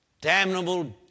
damnable